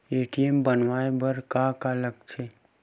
ATM बनवाय बर का का लगथे?